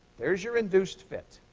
there's your induced fit.